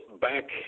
back